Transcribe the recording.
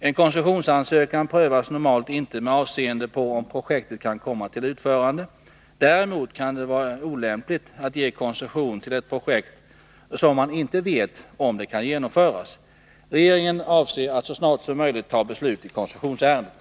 En koncessionsansökan prövas normalt inte med avseende på om projektet kan komma till utförande. Däremot kan det vara olämpligt att ge koncession till ett projekt då man inte vet om det kan genomföras. Regeringen avser att så snart som möjligt fatta beslut i koncessionsärendet.